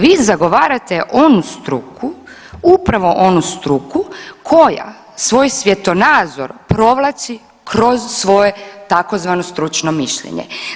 Vi zagovarate onu struku, upravo onu struku koja svoj svjetonazor provlači kroz svoje tzv. stručno mišljenje.